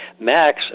Max